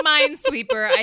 Minesweeper